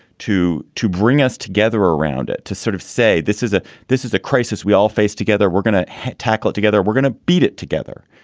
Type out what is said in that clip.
to to bring us together around it, to sort of say this is a this is a crisis we all face together, we're going to tackle it together, we're gonna beat it together.